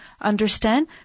understand